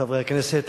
חברי הכנסת,